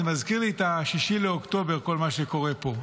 זה מזכיר לי את 6 באוקטובר, כל מה שקורה פה.